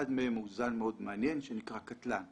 שאחד מהם הוא זן מאוד מעניין שנקרא קטלן.